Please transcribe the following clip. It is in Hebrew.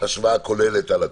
השוואה כוללת על הכול.